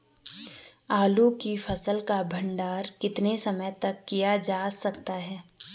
आलू की फसल का भंडारण कितने समय तक किया जा सकता है?